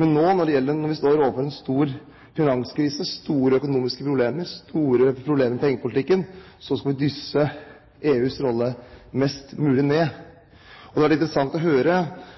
Men når vi nå står overfor en stor finanskrise, store økonomiske problemer, store problemer i pengepolitikken, så skal vi dysse ned EUs rolle mest mulig. Det hadde vært interessant å høre